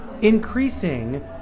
increasing